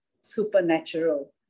supernatural